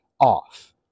off